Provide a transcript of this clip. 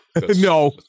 No